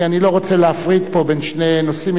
כי אני לא רוצה להפריד פה בין שני נושאים,